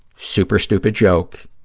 super-stupid joke,